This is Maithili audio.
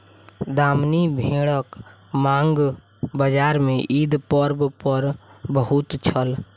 दामनी भेड़क मांग बजार में ईद पर्व पर बहुत छल